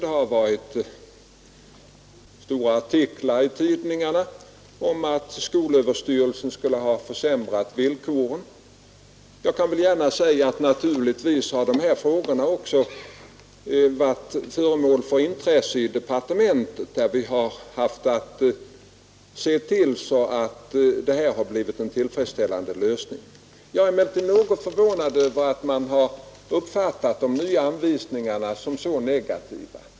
Det har varit stora artiklar i tidningarna om att skolöverstyrelsen skulle ha försämrat villkoren. Naturligtvis har dessa frågor också varit föremål för intresse i departementet, där vi har haft att se till att det blivit en tillfredsställande lösning. Jag är emellertid något förvånad över att man har uppfattat de nya anvisningarna som så negativa.